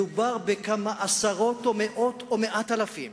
מדובר בכמה עשרות, מאות או מעט אלפים,